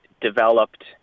developed